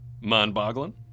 Mind-boggling